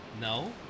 no